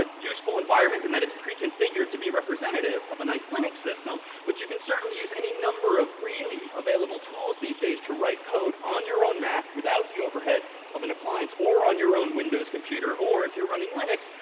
ah useful environment in that it's pre-configured to be representative of a nice linux system. but you can certainly use any number of freely available tools these days to write code on your own mac without the overhead of an appliance, or on your own windows computer, or if you're running linux,